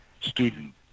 student